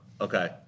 Okay